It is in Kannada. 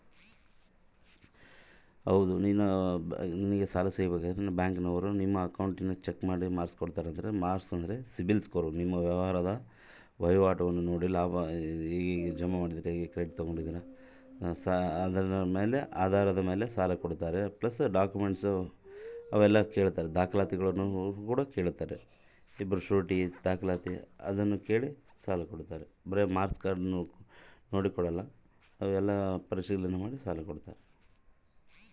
ನಂಗೆ ಸಾಲ ಸಿಗಬೇಕಂದರ ಅದೇನೋ ಬ್ಯಾಂಕನವರು ನನ್ನ ಅಕೌಂಟನ್ನ ಚೆಕ್ ಮಾಡಿ ಮಾರ್ಕ್ಸ್ ಕೊಡ್ತಾರಂತೆ ಹೌದಾ?